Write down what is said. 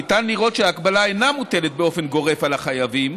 ניתן לראות שההגבלה אינה מוטלת באופן גורף על החייבים,